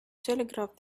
telegraph